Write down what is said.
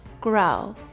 grow